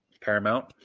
Paramount